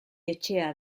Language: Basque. etxea